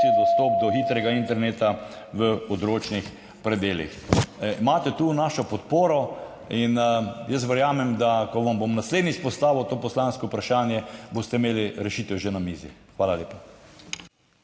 dostop do hitrega interneta v odročnih predelih. Tu imate našo podporo in jaz verjamem, ko vam bom naslednjič postavil to poslansko vprašanje, da boste imeli rešitev že na mizi. Hvala lepa.